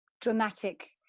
dramatic